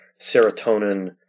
serotonin